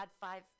five